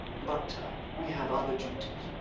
but we have other duties.